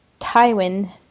Tywin